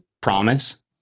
promise